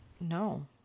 No